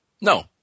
No